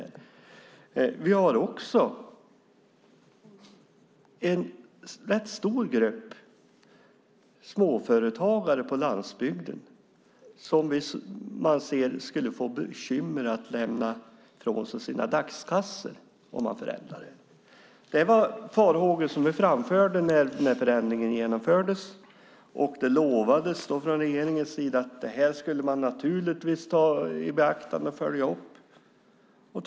Det finns också en rätt stor grupp småföretagare på landsbygden som skulle få bekymmer att lämna från sig sina dagskassor om man förändrade detta. Detta var farhågor som vi framförde när förändringen genomfördes. Då lovade man från regeringens sida att man naturligtvis skulle ta det i beaktande och följa upp det.